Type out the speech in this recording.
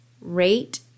rate